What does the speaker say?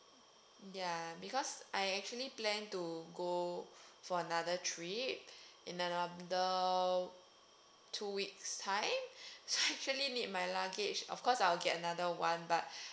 ya because I actually plan to go for another trip in another two week's time so I actually need my luggage of course I'll get another one but